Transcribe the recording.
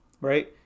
right